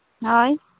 ᱦᱳᱭ